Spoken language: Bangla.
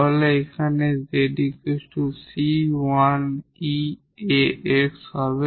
তাহলে এখানে z c1e ax হবে